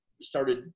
started